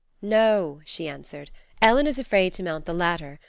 no, she answered ellen is afraid to mount the ladder.